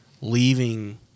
leaving